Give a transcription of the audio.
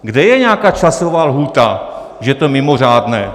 Kde je nějaká časová lhůta, že je to mimořádné?